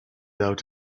out